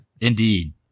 Indeed